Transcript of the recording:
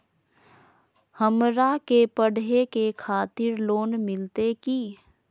हमरा के पढ़े के खातिर लोन मिलते की?